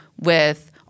with-